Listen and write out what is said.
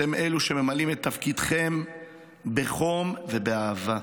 אתם אלה שממלאים את תפקידכם בחום ובאהבה.